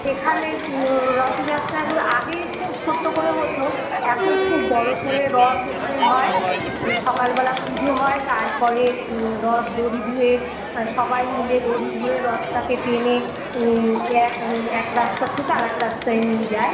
এখানে রথযাত্রারও আগেই খুব ছোট্টো করে হতো এখন খুব বড়ো করে রথ ওখানে হয় তো সকালবেলা পুজো হয় তারপরে রথ দড়ি ধুয়ে সবাই মিলে দড়ি ধরে রথটাকে টেনে এক রাস্তা থেকে আরেক রাস্তায় নিয়ে যায়